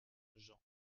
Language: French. jean